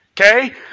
okay